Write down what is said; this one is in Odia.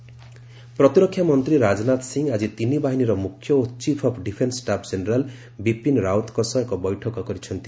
ରାଜଧାନ ମିଟିଂ ପ୍ରତିରକ୍ଷା ମନ୍ତ୍ରୀ ରାଜନାଥ ସିଂହ ଆଜି ତିନି ବାହିନୀର ମୁଖ୍ୟ ଓ chief of defence staff general Bipin ରାଓ୍ବତଙ୍କ ସହ ଏକ ବୈଠକ କରିଛନ୍ତି